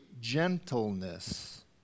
gentleness